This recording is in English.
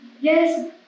yes